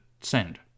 send